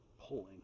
pulling